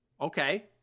Okay